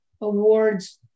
awards